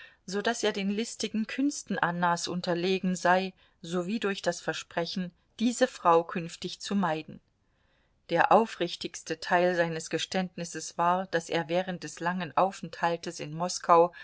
so daß er den listigen künsten annas unterlegen sei sowie durch das versprechen diese frau künftig zu meiden der aufrichtigste teil seines geständnisses war daß er während dieses langen aufenthaltes in moskau